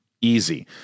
Easy